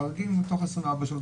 החריגים, תוך 24 שעות.